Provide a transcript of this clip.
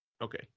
Okay